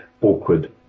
awkward